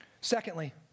Secondly